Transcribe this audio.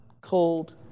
cold